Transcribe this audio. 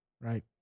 right